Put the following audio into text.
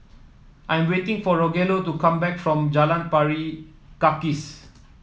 I am waiting for Rogelio to come back from Jalan Pari Kikis